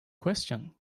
question